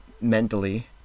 mentally